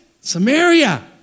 Samaria